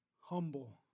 humble